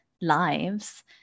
lives